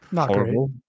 horrible